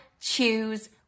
choose